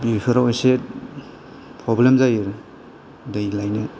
बेफोराव एसे प्रबलेम जायो दै लायनो